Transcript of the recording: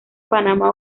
panamá